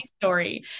story